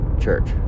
church